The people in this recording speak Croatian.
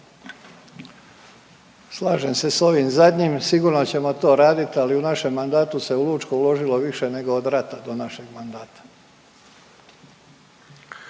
Slažem se s ovim zadnjim. Sigurno ćemo to radit ali u našem mandatu se u Lučko uložilo više nego od rata do našeg mandata.